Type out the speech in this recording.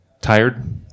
tired